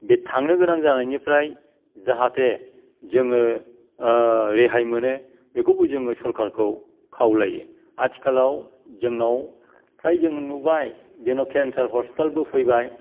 बे थांनो गोनां जानायनिफ्राय जाहाथे जोङो रेहाय मोनो बेखौबो जोङो सरकारखौ खावलायो आथिखालाव जोंनाव फ्राय जों नुबाय जोंनाव केन्सार हचपिटालबो फैबाय